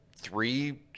three